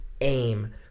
aim